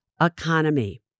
economy